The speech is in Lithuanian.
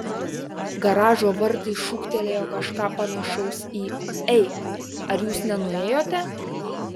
garažo vartai šūktelėjo kažką panašaus į ei ar jūs nenuėjote